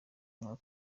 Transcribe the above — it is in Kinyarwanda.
umwaka